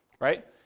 right